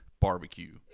Barbecue